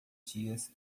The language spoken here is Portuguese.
dias